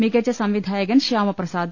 മികച്ച സംവിധായകൻ ശ്യാമപ്രസാദ്